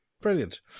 brilliant